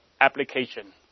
application